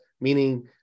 meaning